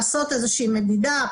לעשות איזושהי מדידה,